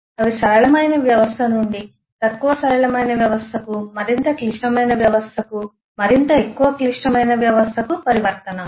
అవి సరళమైన వ్యవస్థ నుండి తక్కువ సరళమైన వ్యవస్థకు మరింత క్లిష్టమైన వ్యవస్థకు మరింత ఎక్కువ క్లిష్టమైన వ్యవస్థకు పరివర్తనాలు